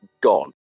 gone